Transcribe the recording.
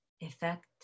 effect